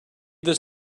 this